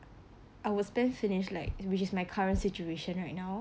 I would spend finish like which is my current situation right now